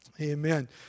Amen